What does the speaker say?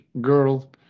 girl